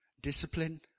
discipline